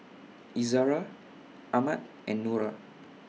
Izara Ahmad and Nura